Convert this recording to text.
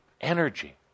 energy